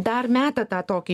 dar meta tą tokį